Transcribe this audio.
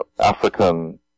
African